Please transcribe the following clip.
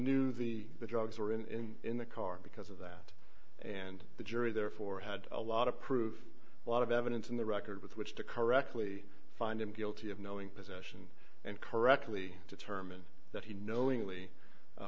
knew the drugs were in the car because of that and the jury therefore had a lot of proof a lot of evidence on the record with which to correctly find him guilty of knowing possession and correctly determined that he knowingly